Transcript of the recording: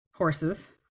Horses